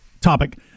topic